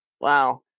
Wow